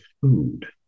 food